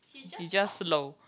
she's just slow